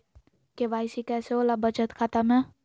KYC कैसे होला बचत खाता में?